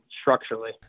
structurally